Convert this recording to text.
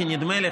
כי נדמה לי,